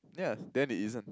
ya then it isn't